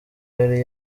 yari